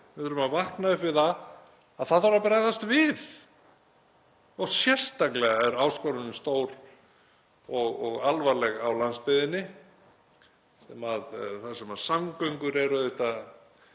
Við erum að vakna upp við að það þarf að bregðast við og sérstaklega er áskorunin stór og alvarleg á landsbyggðinni þar sem samgöngur eru auðvitað